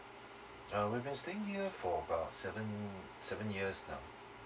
uh we've been staying here for about seven seven years now